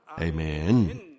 Amen